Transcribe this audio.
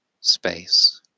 space